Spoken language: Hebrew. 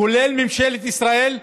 כולל ממשלת ישראל,